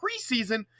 preseason